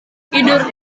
tidur